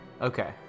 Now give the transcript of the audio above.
okay